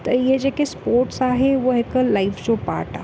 त इहे जेके स्पोर्ट्स आहे उहा हिकु लाइफ जो पाट आहे